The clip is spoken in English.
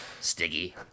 sticky